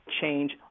change